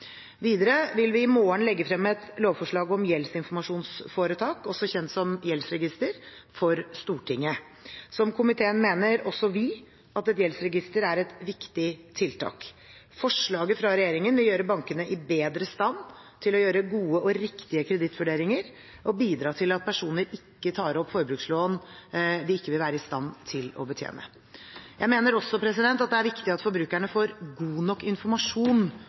Videre vil vi i morgen legge frem et lovforslag om gjeldsinformasjonsforetak, også kjent som «gjeldsregister», for Stortinget. Som komiteen mener også vi at et gjeldsregister er et viktig tiltak. Forslaget fra regjeringen vil gjøre bankene i bedre stand til å gjøre gode og riktige kredittvurderinger og bidra til at personer ikke tar opp forbrukslån de ikke vil være i stand til å betjene. Jeg mener også det er viktig at forbrukere får god nok informasjon